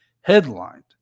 headlined